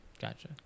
gotcha